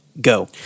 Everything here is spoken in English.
go